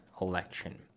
election